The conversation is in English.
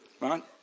right